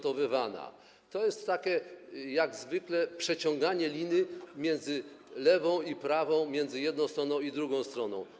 To jest takie - jak zwykle - przeciąganie liny między lewą i prawą, między jedną stroną i drugą stroną.